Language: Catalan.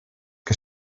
que